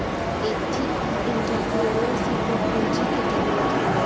ethnic entrepreneurship में पूंजी के जरूरत होला